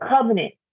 covenant